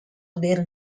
their